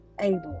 able